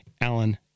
Alan